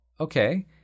okay